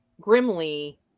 Grimly